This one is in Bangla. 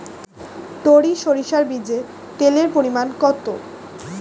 টরি সরিষার বীজে তেলের পরিমাণ কত?